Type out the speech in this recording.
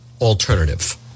alternative